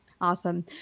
Awesome